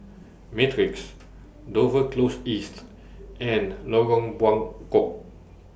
Matrix Dover Close East and Lorong Bengkok